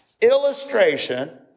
illustration